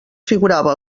figurava